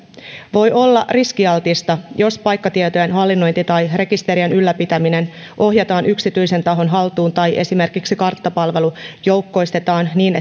voi olla riskialtista jos paikkatietojen hallinnointi tai rekisterien ylläpitäminen ohjataan yksityisen tahon haltuun tai esimerkiksi karttapalvelu joukkoistetaan niin